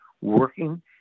working